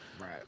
Right